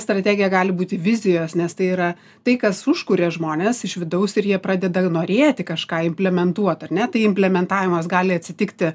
strategija gali būti vizijos nes tai yra tai kas užkuria žmones iš vidaus ir jie pradeda norėti kažką implementuot ar ne tai implementavimas gali atsitikti